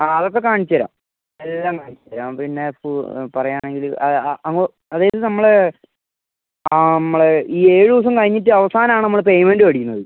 ആ അതൊക്ക കാണിച്ച് തരാം എല്ലാം കാണിച്ച് തരാം പിന്നെ പോകുന്ന പറയാണെങ്കിൽ അത് ആ അങ്ങ് അതായത് നമ്മൾ ആ നമ്മൾ ഈ ഏഴ് ദിവസം കഴിഞ്ഞിട്ട് അവസാനം ആണ് നമ്മൾ പേയ്മെൻറ്റ് മേടിക്കുന്നത്